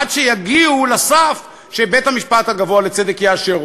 עד שיגיעו לסף שבית-המשפט הגבוה לצדק יאשר.